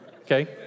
Okay